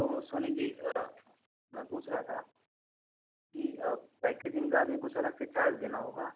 तो सोनी जी मैं पूछ रहा था कि पैकेजिंग का भी कुछ अलग से चार्ज देना होगा